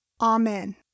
Amen